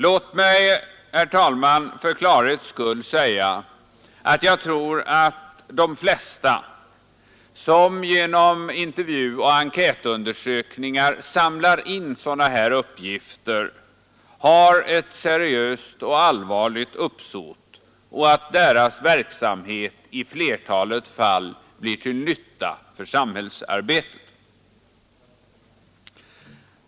Låt mig, herr talman, för klarhetens skull säga att jag tror att de flesta som genom intervjuoch enkätundersökningar samlar in personuppgifter har ett seriöst och allvarligt uppsåt och att deras verksamhet i flertalet fall blir till nytta för samhällsarbetet.